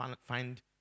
find